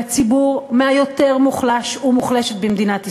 בציבור היותר מוחלש ומוחלשת במדינת ישראל.